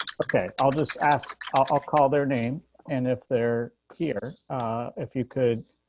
okay, i'll just ask. i'll call their name and if they're here if you could